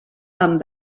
amb